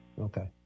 Okay